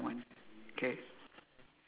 or which one you want to start first